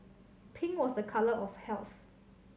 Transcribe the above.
pink was a colour of health